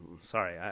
sorry